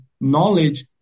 knowledge